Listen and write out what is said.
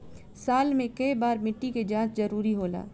साल में केय बार मिट्टी के जाँच जरूरी होला?